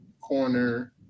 corner